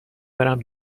برم